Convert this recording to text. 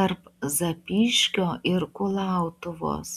tarp zapyškio ir kulautuvos